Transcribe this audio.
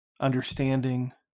understanding